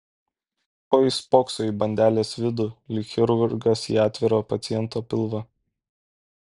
ko jis spokso į bandelės vidų lyg chirurgas į atvirą paciento pilvą